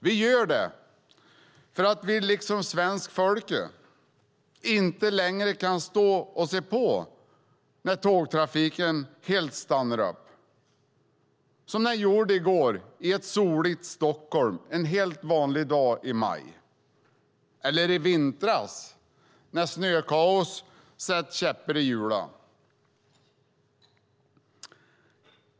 Vi gör det därför att vi, liksom svenska folket, inte längre kan stå och se på när tågtrafiken helt stannar upp, som den gjorde i går i ett soligt Stockholm, en helt vanlig dag i maj, eller i vintras när snökaos satte käppar i hjulen.